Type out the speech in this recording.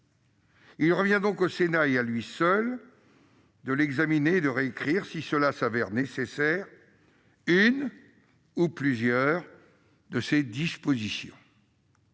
Il revient donc au Sénat, et à lui seul, de l'examiner et de réécrire, si cela se révélait nécessaire, une ou plusieurs de ses dispositions.